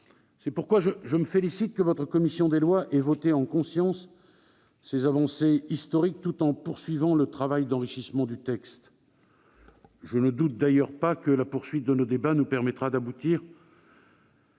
C'est pourquoi je me félicite que votre commission des lois ait voté en conscience ces avancées historiques tout en poursuivant le travail d'enrichissement du texte. Je ne doute d'ailleurs pas que la poursuite de nos débats nous permettra d'aboutir